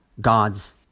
God's